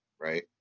Right